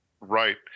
right